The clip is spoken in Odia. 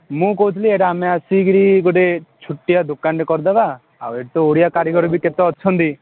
ମୁଁ କହୁଥିଲି ଏଇଟା ଆମେ ଆସିକିରି ଗୋଟେ ଛୁଟିଆ ଦୋକାନଟେ କରିଦେବା ଆଉ ଏଠି ତ ଓଡ଼ିଆ କାରିଗର ବି କେତେ ଅଛନ୍ତି